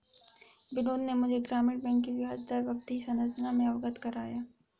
बिनोद ने मुझे ग्रामीण बैंक की ब्याजदर अवधि संरचना से अवगत कराया